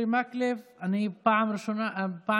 אני לא אוציא אותו פעם שנייה,